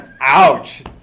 Ouch